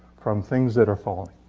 from things that are falling